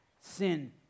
Sin